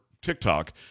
TikTok